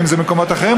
אם במקומות אחרים,